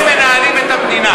ככה אתם מנהלים את המדינה: